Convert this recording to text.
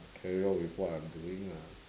I carry on with what I'm doing lah